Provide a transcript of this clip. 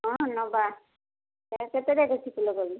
ହଁ ନେବା କେତେ ରେଟ୍ ଅଛି ଫୁଲକୋବି